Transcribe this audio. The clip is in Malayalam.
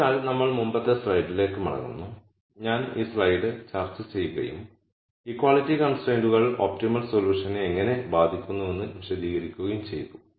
അതിനാൽ നമ്മൾ മുമ്പത്തെ സ്ലൈഡിലേക്ക് മടങ്ങുന്നു ഞാൻ ഈ സ്ലൈഡ് ചർച്ച ചെയ്യുകയും ഇക്വാളിറ്റി കൺസ്ട്രൈന്റുൾ ഒപ്റ്റിമൽ സൊല്യൂഷനെ എങ്ങനെ ബാധിക്കുന്നുവെന്ന് വിശദീകരിക്കുകയും ചെയ്തു